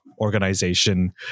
organization